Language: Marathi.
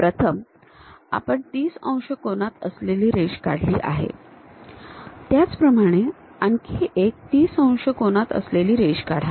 प्रथम आपण ३० अंश कोनात असलेली रेष काढली आहे त्याचप्रमाणे आणखी एक ३० अंश कोनात असलेली रेष काढा